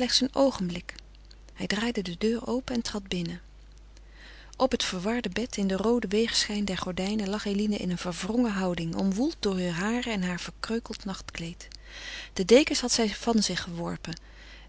een oogenblik hij draaide de deur open en trad binnen op het verwarde bed in den rooden weêrschijn der gordijnen lag eline in een verwrongen houding omwoeld door heur haren en heur verkreukeld nachtkleed de dekens had zij van zich geworpen